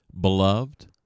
Beloved